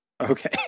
Okay